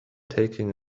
taking